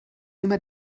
immer